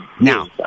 Now